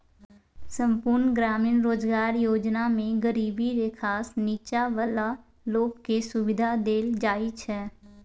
संपुर्ण ग्रामीण रोजगार योजना मे गरीबी रेखासँ नीच्चॉ बला लोक केँ सुबिधा देल जाइ छै